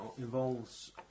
involves